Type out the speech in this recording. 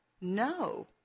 no